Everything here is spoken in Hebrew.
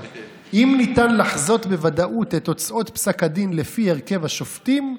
אם ניתן לחזות בוודאות את תוצאות פסק הדין לפי הרכב השופטים,